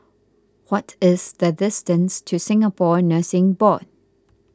what is the distance to Singapore Nursing Board